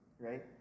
Right